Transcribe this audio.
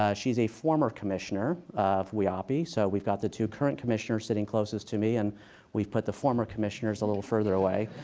ah she's a former commissioner of whiaapi. so we've got the two current commissioners sitting closest to me, and we've put the former commissioners a little further away.